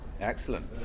Excellent